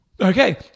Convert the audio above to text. Okay